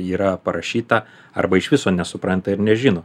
yra parašyta arba iš viso nesupranta ir nežino